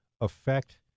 affect